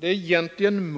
Det är egentligen